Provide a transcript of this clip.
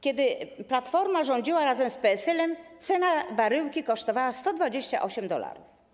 Kiedy Platforma rządziła razem z PSL-em, cena baryłki kosztowała 128 dolarów.